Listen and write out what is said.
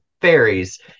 fairies